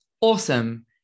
awesome